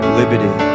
liberty